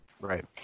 Right